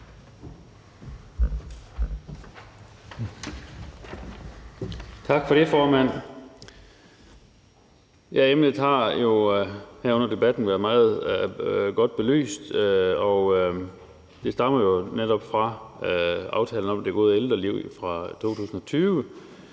Tak for det, formand. Emnet har her under debatten været meget godt belyst, og det stammer jo netop fra aftalen om det gode ældreliv fra 2020.